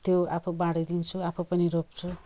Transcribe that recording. त्यो आफू बाँडिदिन्छु आफू पनि रोप्छु